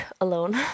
alone